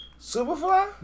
Superfly